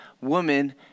woman